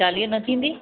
चालीह न थींदी